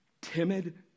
Timid